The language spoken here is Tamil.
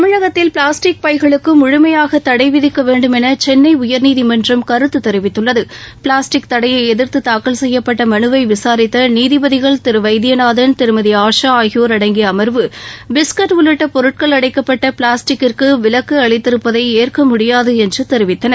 தமிழகத்தில் பிளாஸ்டிக் பை களுக்கு முழுமையாக தடை விதிக்கவேண்டும் என சென்னை உயர்நீதிமன்றம் கருத்து தெரிவித்துள்ளது பிளாஸ்டிக் தடையை எதிா்த்து தாக்கல் செய்யப்பட்ட மனுவை விசாரித்த நீதிபதிகள் Thiru S Vaidyanathan Thirumathi P D Asha ஆகியோர் அடங்கிய அமர்வு பிஸ்கட் உள்ளிட்டப் பொருட்கள் அடைக்கப்பட்ட பிளாஸ்டிக்கிற்கு விலக்கு அளித்திருப்பதை ஏற்க முடியாது என்று தெரிவித்தனர்